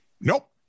Nope